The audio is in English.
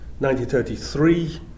1933